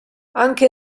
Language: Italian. anche